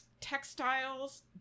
textiles